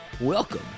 Welcome